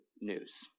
news